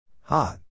Hot